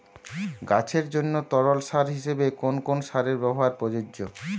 গাছের জন্য তরল সার হিসেবে কোন কোন সারের ব্যাবহার প্রযোজ্য?